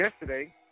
yesterday